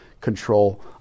control